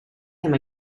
him